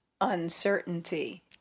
uncertainty